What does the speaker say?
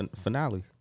Finale